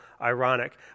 ironic